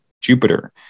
Jupiter